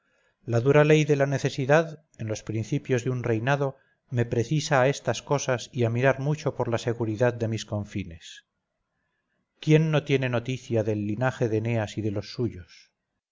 la dura ley de la necesidad en los principios de un reinado me precisa a estas cosas y a mirar mucho por la seguridad de mis confines quién no tiene noticia del linaje de eneas y de los suyos